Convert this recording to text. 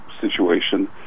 situation